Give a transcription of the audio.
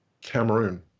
Cameroon